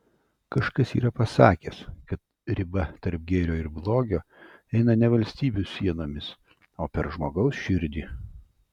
kažkas yra pasakęs kad riba tarp gėrio ir blogio eina ne valstybių sienomis o per žmogaus širdį